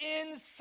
inside